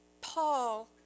Paul